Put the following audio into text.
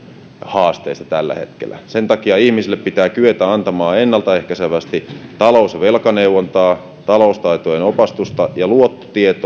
haasteesta tällä hetkellä sen takia ihmisille pitää kyetä antamaan ennaltaehkäisevästi talous ja velkaneuvontaa sekä taloustaitojen opastusta ja täytyy lisätä